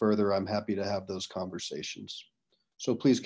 further i'm happy to have those conversations so please